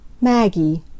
Maggie